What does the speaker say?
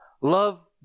Love